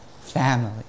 family